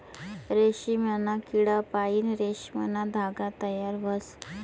रेशीमना किडापाईन रेशीमना धागा तयार व्हस